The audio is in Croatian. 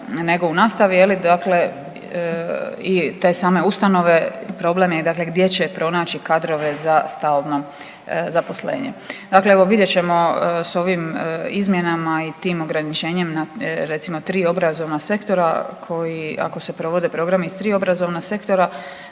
nego u nastavi je li dakle i te same ustanove problem je dakle gdje će pronaći kadrove za stalno zaposlenje. Dakle, evo vidjet ćemo s ovim izmjenama i tim ograničenjem na recimo 3 obrazovna sektora koji ako se provode programi iz 3 obrazovna sektora